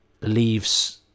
leaves